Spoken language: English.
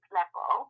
level